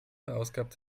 verausgabt